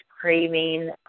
craving